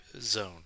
zone